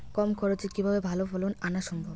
কম খরচে কিভাবে ভালো ফলন আনা সম্ভব?